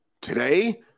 Today